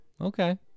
Okay